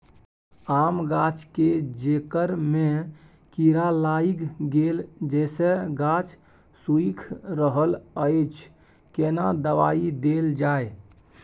आम गाछ के जेकर में कीरा लाईग गेल जेसे गाछ सुइख रहल अएछ केना दवाई देल जाए?